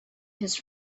his